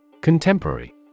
Contemporary